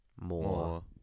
more